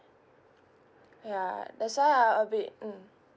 ya that's why I a bit mm